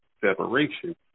separation